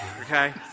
okay